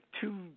two